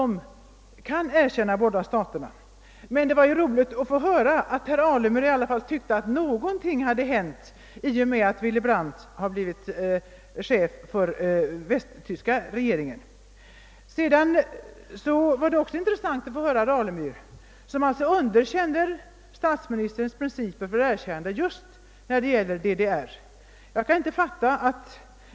Men det var ändå roligt att höra att herr Alemyr tyckte att något hade hänt i och med att Willy Brandt — en partikamrat till honom — blivit chef för den västtyska regeringen. Det var vidare intressant att höra herr Alemyr underkänna statsministerns principer för erkännande just när det gäller DDR.